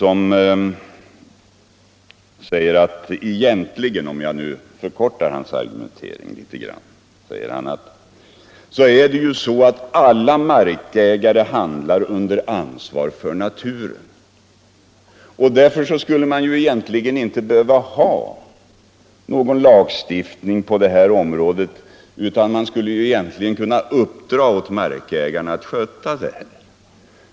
Om jag förkortar hans argumentering litet grand säger han att alla markägare handlar under ansvar för naturen och att det därför egentligen inte skulle behövas någon lagstiftning på det här området, utan att man skulle kunna uppdra åt markägarna att sköta detta.